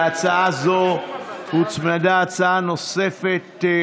להצעה הזו הוצמדה הצעה נוספת,